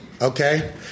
Okay